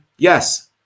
Yes